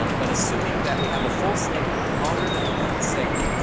um but assuming that we have a full snake longer than one segment,